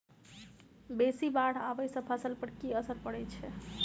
बेसी बाढ़ आबै सँ फसल पर की असर परै छै?